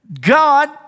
God